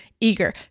eager